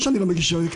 שאלה ספציפית אליך.